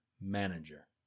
manager